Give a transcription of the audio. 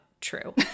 true